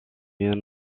vient